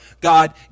God